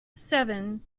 seven